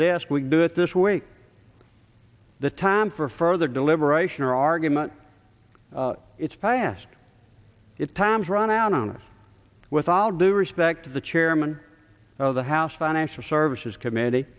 desk we do it this week the time for further deliberation or argument it's passed it's time's running out on us with all due respect to the chairman of the house financial services committee